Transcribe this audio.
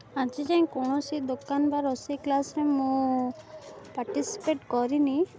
ଆଜି ଯାଏଁ କୌଣସି ଦୋକାନ ବା ରୋଷେଇ କ୍ଲାସ୍ରେ ମୁଁ ପାର୍ଟିସିପେଟ୍ କରିନି